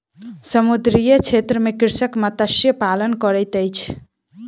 समुद्रीय क्षेत्र में कृषक मत्स्य पालन करैत अछि